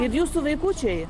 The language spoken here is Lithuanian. ir jūsų vaikučiai